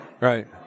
Right